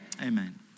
Amen